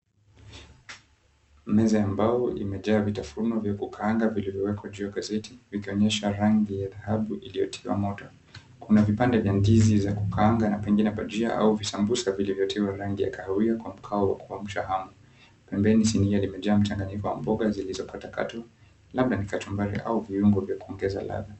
Meza ya mbao imejaa vitafunwa vya kukaanga vilivyowekwa juu ya gazeti, vikionyesha rangi ya dhahabu iliyotiwa moto. Kuna vipande vya ndizi za kukaanga na pengine bajia au visambusa vilivyotiwa rangi ya kahawia kwa mkao wa kuamsha hamu. Pembeni sinia limejaa mchanganyiko wa mboga zilizokatakatwa, labda ni kachumbari au viungo vya kuongeza ladha.